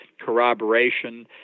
corroboration